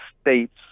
states